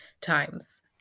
times